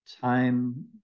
time